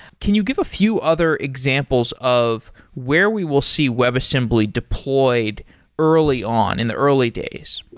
can you give a few other examples of where we will see webassembly deployed early on in the early days?